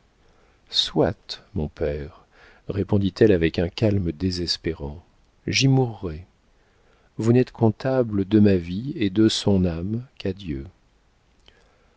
soit mon père répondit-elle avec un calme désespérant j'y mourrai vous n'êtes comptable de ma vie et de son âme qu'à dieu